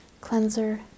cleanser